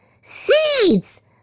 Seeds